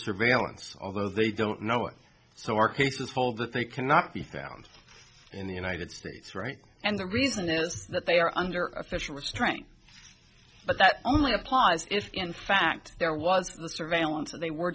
surveillance although they don't know it so are cases full that they cannot be found in the united states right and the reason is that they are under official strength but that only applies if in fact there was the surveillance and they were